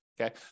Okay